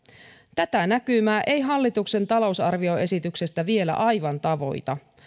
tätä näkymää ei hallituksen talousarvioesityksestä vielä aivan tavoita